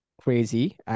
crazy